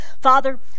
Father